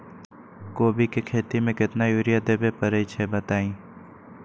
कोबी के खेती मे केतना यूरिया देबे परईछी बताई?